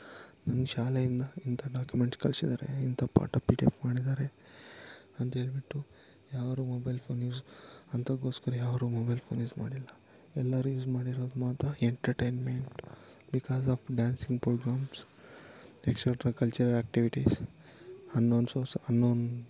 ನನ್ನ ಶಾಲೆಯಿಂದ ಇಂಥ ಡಾಕುಮೆಂಟ್ಸ್ ಕಳ್ಸಿದ್ದಾರೆ ಇಂಥ ಪಾಠ ಪಿ ಡಿ ಎಫ್ ಮಾಡಿದ್ದಾರೆ ಅಂತೇಳ್ಬಿಟ್ಟು ಯಾರೂ ಮೊಬೈಲ್ ಫೋನ್ ಯೂಸ್ ಅಂತಗೋಸ್ಕರ ಯಾರೂ ಮೊಬೈಲ್ ಫೋನ್ ಯೂಸ್ ಮಾಡಿಲ್ಲ ಎಲ್ಲಾರು ಯೂಸ್ ಮಾಡಿರೋದು ಮಾತ್ರ entertainment because of dancing programmes etcetera cultural activities unknown source unknown